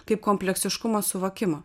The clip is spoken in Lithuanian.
kaip kompleksiškumo suvokimo